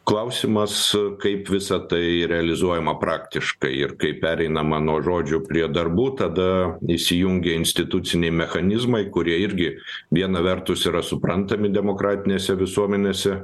klausimas kaip visa tai realizuojama praktiškai ir kaip pereinama nuo žodžių prie darbų tada įsijungia instituciniai mechanizmai kurie irgi viena vertus yra suprantami demokratinėse visuomenėse